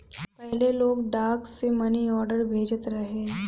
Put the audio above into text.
पहिले लोग डाक से मनीआर्डर भेजत रहे